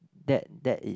that that is